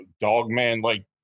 dogman-like